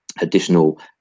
additional